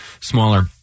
smaller